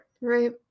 right